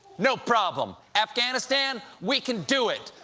no problem. afghanistan, we can do it.